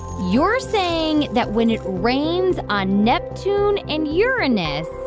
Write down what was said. you're saying that when it rains on neptune and uranus,